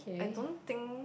I don't think